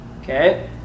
okay